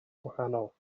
gwahanol